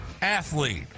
athlete